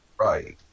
Right